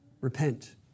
repent